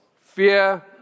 Fear